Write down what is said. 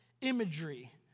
imagery